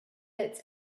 its